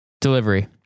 Delivery